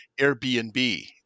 Airbnb